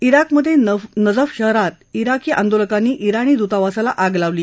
ा जिकमधे नजफ शहरात जिकी आंदोलकांनी जिणी दूतावासाला आग लावली